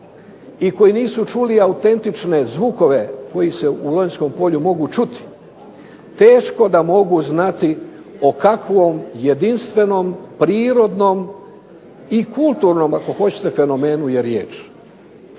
i koji nisu čuli autentične zvukove koji se u Lonjskom polju mogu čuti teško da mogu znati o kakvom jedinstvenom prirodnom i kulturnom fenomenu je riječ.